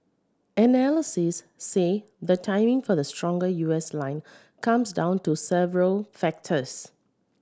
analysts say the timing for the stronger U S line comes down to several factors